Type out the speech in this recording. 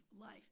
life